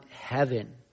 heaven